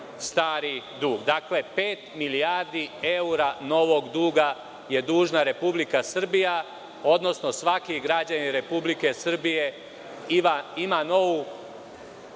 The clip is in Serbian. stari dug. Dakle, pet milijardi evra novog duga je dužna Republika Srbija, odnosno svaki građanin Republike Srbije ima novu